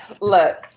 Look